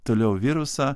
toliau virusą